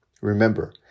Remember